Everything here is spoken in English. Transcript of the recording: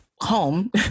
home